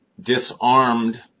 disarmed